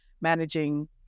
managing